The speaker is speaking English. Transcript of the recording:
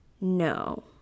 No